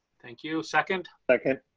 thank you, second. second.